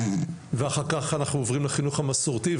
ואחר כך אנחנו עוברים לחינוך המסורתי.